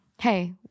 Hey